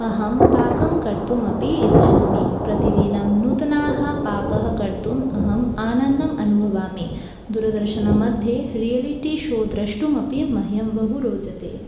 अहं पाकं कर्तुम् अपि इच्छामि प्रतिदिनं नूतनं पाकं कर्तुम् अहम् आनन्दम् अनुभवामि दूरदर्शनमध्ये रियलिटि शो द्रष्टुम् अपि मह्यं बहु रोचते